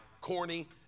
corny